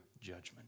judgment